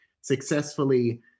successfully